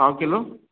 पाव किलो